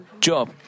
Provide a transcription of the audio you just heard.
Job